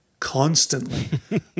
constantly